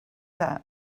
that